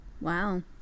Wow